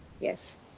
Yes